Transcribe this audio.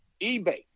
eBay